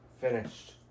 finished